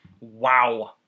Wow